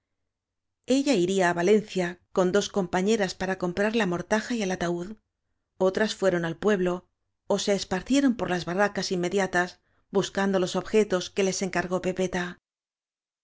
ella iría á valencia con dos compañeras para comprar la mortaja y el ataúd otras al fueron pueblo ó se esparcieron por las barracas inmediatas buscando los objetos que les encargó pepeta